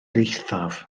eithaf